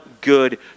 good